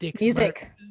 music